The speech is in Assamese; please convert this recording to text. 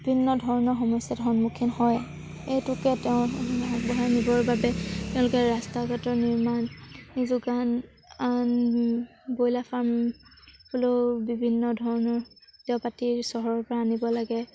বিভিন্ন ধৰণৰ সমস্যাত সন্মুখীন হয় এইটোকে তেওঁৰ আগবঢ়াই নিবৰ বাবে তেওঁলোকে ৰাস্তা ঘাটৰ নিৰ্মাণ যোগান ব্ৰইলাৰ ফাৰ্মলৈয়ো বিভিন্ন ধৰণৰ খাদ্য পাতি চহৰৰপৰা আনিব লাগে